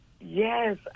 Yes